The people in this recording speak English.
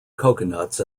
coconuts